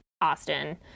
austin